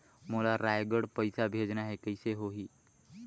मोला रायगढ़ पइसा भेजना हैं, कइसे होही?